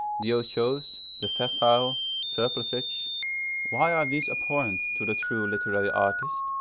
the otiose, the facile, surplusage why are these abhorrent to the true literary artist,